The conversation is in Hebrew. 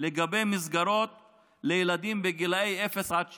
לגבי מסגרות לילדים בגילי אפס עד שש.